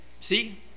see